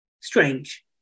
strange